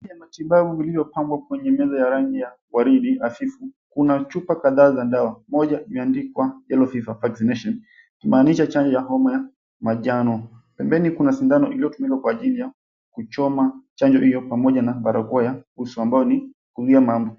Ya matibabu uliopangwa kwenye meza waridi hafifu, una chupa kadhaa za dawa moja imeandikwa Yellow Fever Vaccination ikimaanisha chanjo ya homa ya manjano. Pembeni kuna sindano iliyotumika kwa ajili ya kuchoma chanjo hio pamoja na barakoa ya uso ambayo ni huzuia ma mbu.